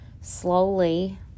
Slowly